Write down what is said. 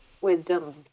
Wisdom